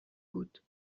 بود